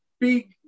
big